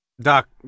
Doc